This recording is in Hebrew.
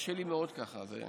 קשה לי מאוד ככה.